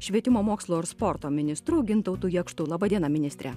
švietimo mokslo ir sporto ministru gintautu jakštu laba diena ministre